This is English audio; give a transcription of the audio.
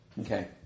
Okay